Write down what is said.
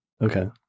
Okay